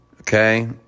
Okay